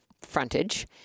frontage